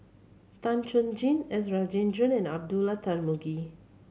Tan Chuan Jin S Rajendran and Abdullah Tarmugi